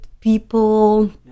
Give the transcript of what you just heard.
people